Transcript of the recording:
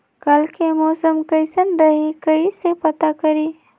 कल के मौसम कैसन रही कई से पता करी?